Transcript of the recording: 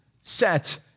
set